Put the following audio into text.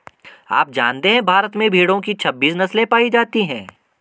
आप जानते है भारत में भेड़ो की छब्बीस नस्ले पायी जाती है